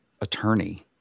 attorney